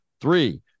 three